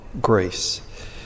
grace